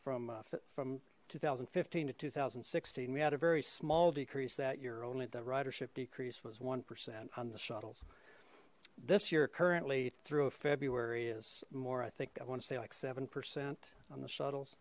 from from two thousand and fifteen to two thousand and sixteen we had a very small decrease that year only the ridership decrease was one percent on the shuttles this year currently through a february is more i think i want to say like seven percent on the shuttles